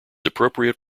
appropriate